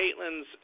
Caitlin's